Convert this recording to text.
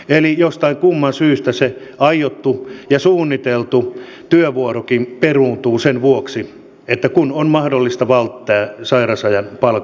eli jostain kumman syystä se aiottu ja suunniteltu työvuorokin peruuntuu sen vuoksi että näin on mahdollista välttää sairausajan palkanmaksu